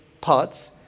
parts